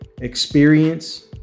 experience